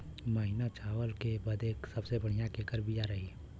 महीन चावल बदे सबसे बढ़िया केकर बिया रही?